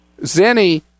zenny